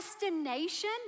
destination